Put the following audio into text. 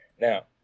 now